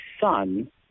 son